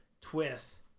twists